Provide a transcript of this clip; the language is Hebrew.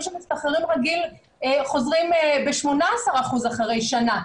שמשתחררים רגיל חוזרים ב-18% אחרי שנה,